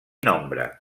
nombre